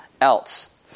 else